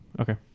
Okay